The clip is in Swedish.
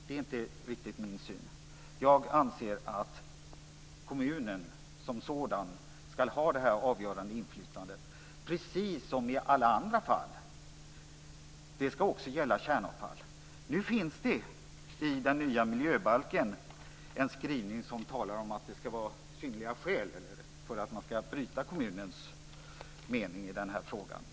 Det är inte riktigt min syn. Jag anser att kommunen som sådan ska ha det avgörande inflytandet, precis som i alla andra fall. Det ska också gälla kärnavfall. Nu finns det i den nya miljöbalken en skrivning som talar om att det ska vara synnerliga skäl för att bryta kommunens mening i frågan.